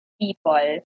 people